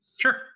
Sure